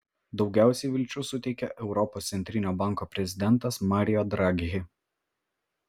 daugiausiai vilčių suteikė europos centrinio banko prezidentas mario draghi